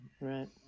Right